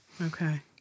Okay